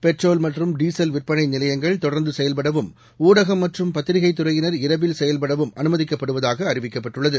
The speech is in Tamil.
பெட்ரோல் மற்றும் டீசல் விற்பனை நிலையங்கள் தொடர்ந்து செயல்படவும் ஊடகம் மற்றும் பத்திரிகை துறையினர் இரவில் செயல்படவும் அனுமதிக்கப்படுவதாக அறிவிக்கப்பட்டுள்ளது